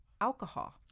alcohol